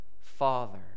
Father